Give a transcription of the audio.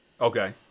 Okay